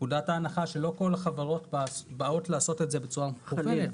נקודת ההנחה שלא כל החברות באות לעשות את זה בצורה מחייבת,